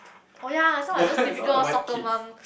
oh ya sound like those typical soccer mum